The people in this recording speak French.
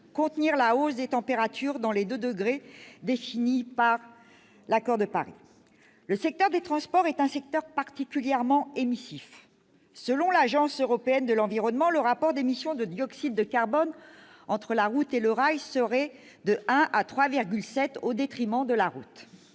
contenir la hausse des températures dans les 2 degrés définis par l'accord de Paris. Le secteur des transports est un secteur particulièrement émissif. Selon l'Agence européenne de l'environnement, le rapport d'émission de dioxyde de carbone entre la route et le rail serait de 1 à 3,7 au détriment de la route.